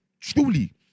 truly